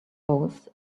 goes